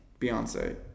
beyonce